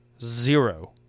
zero